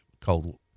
cold